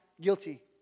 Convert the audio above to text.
Guilty